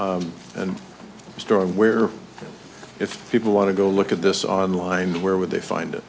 and store and where if people want to go look at this online where would they find it